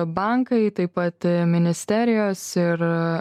bankai taip pat ministerijos ir